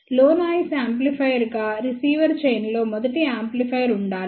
లో నాయిస్ యాంప్లిఫైయర్గా receiver chain లో మొదటి యాంప్లిఫైయర్ ఉండాలి